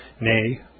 nay